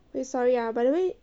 eh sorry ah by the way